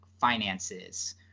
finances